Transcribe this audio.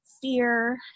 fear